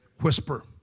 Whisper